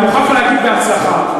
אני מוכרח להגיד בהצלחה,